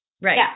Right